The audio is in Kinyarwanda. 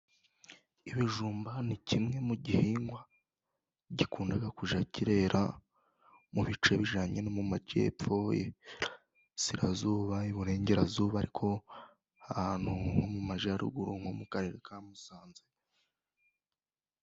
Ibijumba ni kimwe mu gihingwa gikunda kujya kirera mu bice bijyanye no mu majyepfo, Iburasirazuba, Iburengerazuba ariko hantu ho mu majyaruguru nko mu karere ka Musanze.